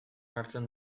hartzen